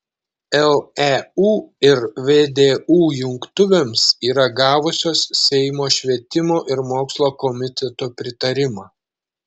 leu ir vdu jungtuvėms yra gavusios seimo švietimo ir mokslo komiteto pritarimą